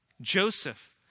Joseph